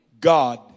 God